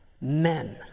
men